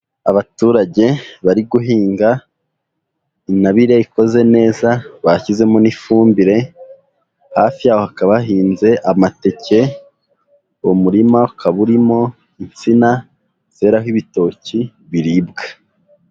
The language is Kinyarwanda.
Abaturage bari guhinga intabire ikoze neza bashyizemo n'ifumbire, hafi yaho kakaba hahinze amateke, uwo murima ukaba urimo insina zeraho ibitoki biribwa.